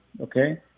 Okay